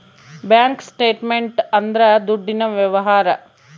bank statement ಅಂದ್ರ ದುಡ್ಡಿನ ವ್ಯವಹಾರ